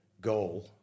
goal